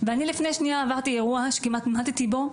ואני לפני שנייה עברתי אירוע שכמעט מתתי בו,